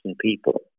people